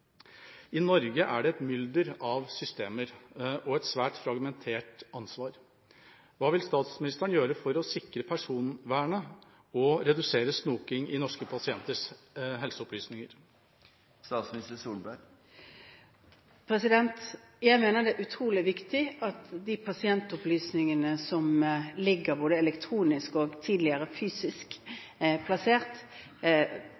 I Norge er det et mylder av systemer og et svært fragmentert ansvar. Hva vil statsministeren gjøre for å sikre personvernet og redusere snoking i norske pasienters helseopplysninger? Jeg mener det er utrolig viktig at de pasientopplysningene som ligger elektronisk, og tidligere fysisk